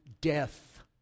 death